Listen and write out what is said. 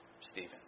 Stephen